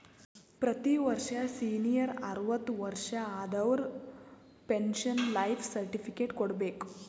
ಪ್ರತಿ ವರ್ಷ ಸೀನಿಯರ್ ಅರ್ವತ್ ವರ್ಷಾ ಆದವರು ಪೆನ್ಶನ್ ಲೈಫ್ ಸರ್ಟಿಫಿಕೇಟ್ ಕೊಡ್ಬೇಕ